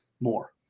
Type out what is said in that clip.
more